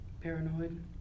paranoid